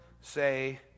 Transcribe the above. say